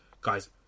Guys